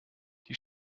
die